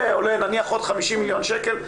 זה עולה נניח עוד 50 מיליון שקל,